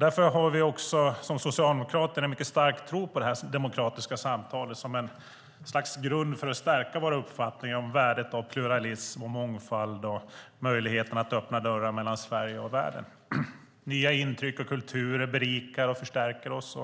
Därför har vi som socialdemokrater en mycket stark tro på det demokratiska samtalet som ett slags grund för att stärka våra uppfattningar om värdet av pluralism, mångfald och möjligheten att öppna dörrar mellan Sverige och världen. Nya intryck och kulturer berikar och förstärker oss.